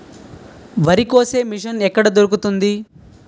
వరి కోసే మిషన్ ఎక్కడ దొరుకుతుంది?